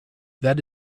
that